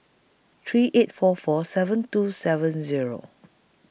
three eight four four seven two seven Zero